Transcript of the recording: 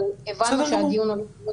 אבל הבנו ש --- בסדר גמור.